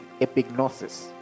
epignosis